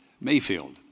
Mayfield